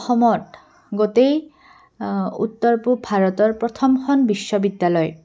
অসমত গোটেই উত্তৰ পূব ভাৰতৰ প্ৰথমখন বিশ্ববিদ্যালয়